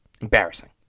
Embarrassing